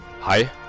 Hi